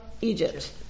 Egypt